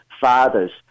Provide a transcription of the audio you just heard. fathers